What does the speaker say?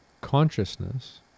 consciousness